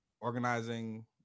Organizing